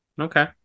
Okay